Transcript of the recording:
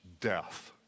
death